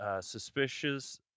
suspicious